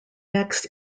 next